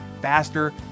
faster